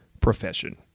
profession